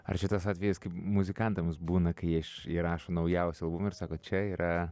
ar šitas atvejis kaip muzikantams būna kai iš įrašo naujausią albumą ir sako čia yra